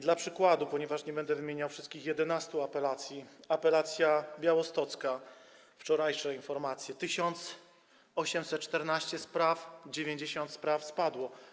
Dla przykładu, ponieważ nie będę wymieniał wszystkich 11 apelacji, apelacja białostocka, wczorajsze informacje - 1814 spraw, 90 spraw spadło.